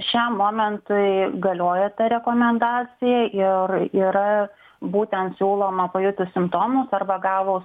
šiam momentui galioja ta rekomendacija ir yra būtent siūloma pajutus simptomus arba gavus